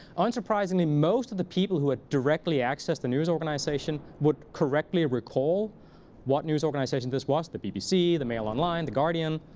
unsurprisingly, most of the people who had directly accessed the news organization would correctly recall what news organization this was the bbc, the mail online, the guardian.